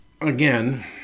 Again